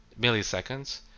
milliseconds